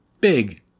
Big